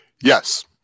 Yes